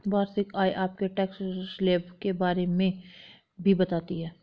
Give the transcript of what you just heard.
वार्षिक आय आपके टैक्स स्लैब के बारे में भी बताती है